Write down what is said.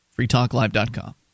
freetalklive.com